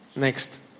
Next